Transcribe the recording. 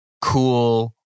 cool